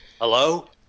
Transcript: Hello